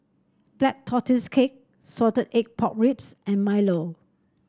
Black Tortoise Cake Salted Egg Pork Ribs and Milo